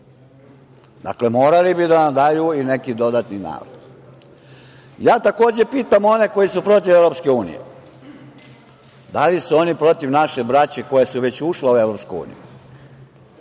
Dakle, morali bi da nam daju i neki dodatni narod. Ja takođe pitam one koji su protiv EU, da li su oni protiv naše braće koja su već ušla u EU?